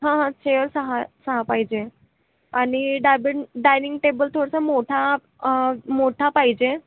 हां हां सेल् सहा सहा पाहिजे आणि डाबीन डायनिंग टेबल थोडंसं मोठा मोठा पाहिजे